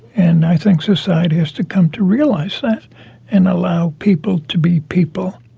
and i think society has to come to realise that and allow people to be people.